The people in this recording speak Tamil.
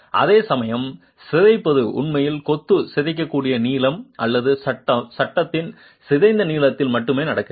அதேசமயம் சிதைப்பது உண்மையில் கொத்து சிதைக்கக்கூடிய நீளம் அல்லது சட்டத்தின் சிதைந்த நீளத்தில் மட்டுமே நடக்கிறது